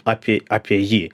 apie apie jį